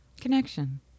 connection